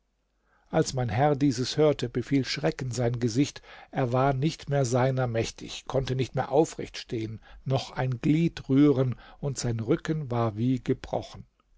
als mein herr dieses hörte befiel schrecken sein gesicht er war nicht mehr seiner mächtig konnte nicht mehr aufrecht stehen noch ein glied rühren und sein rücken war wie gebrochen